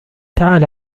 تعال